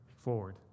forward